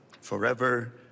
forever